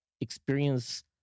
experience